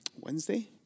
Wednesday